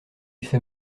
fait